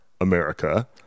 America